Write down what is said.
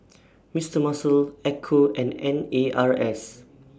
Mister Muscle Ecco and N A R S